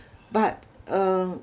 but uh